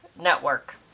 network